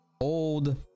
old